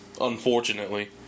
Unfortunately